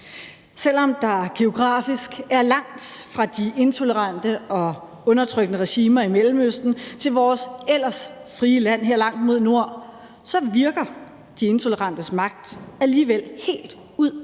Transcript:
Selv om der geografisk er langt fra de intolerante og undertrykkende regimer i Mellemøsten til vores ellers frie land her langt mod nord, virker de intolerantes magt alligevel helt ud i